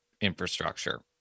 infrastructure